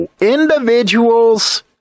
individuals